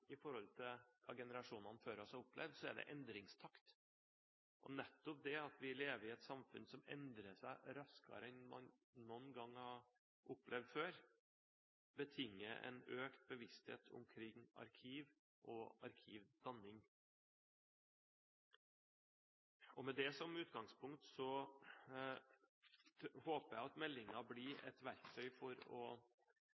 i forhold til hva generasjonene før oss har opplevd, så er det endringstakt. Nettopp det at vi lever i et samfunn som endrer seg raskere enn man noen gang har opplevd før, betinger en økt bevissthet omkring arkiv og arkivdanning. Med det som utgangspunkt håper jeg meldingen blir